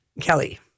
Kelly